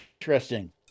interesting